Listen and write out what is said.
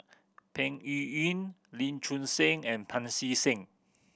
Peng Yuyun Lee Choon Seng and Pancy Seng